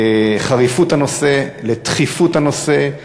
לחריפות הנושא, לדחיפות הנושא.